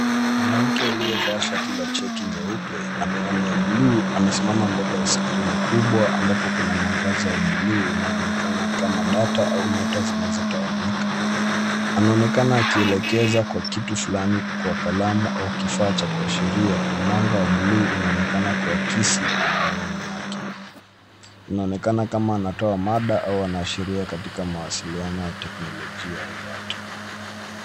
Mwanamke aliyevaa shati la cheki nyeupe na miwani ya bluu, amesimama mbele ya skrini kubwa ambapo kuna mwangaza wa bluu unaoonekana kama data au nyota zinazotawanyika. Anaonekana akielekeza kwa kitu fulani kwa kalamu au kifaa cha kuashiria na mwanga wa bluu unaonekana kuakisi kwenye miwani yake. Inaonekana kama anatoa mada au anaashiria katika mawasiliano ya teknolojia au data .